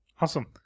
Awesome